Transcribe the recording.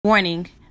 Warning